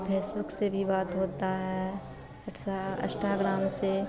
Facebook से भी बात होती है वॉट्सअप इन्स्टाग्राम से